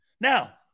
Now